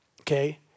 Okay